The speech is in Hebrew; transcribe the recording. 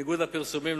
בניגוד לפרסומים,